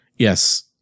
Yes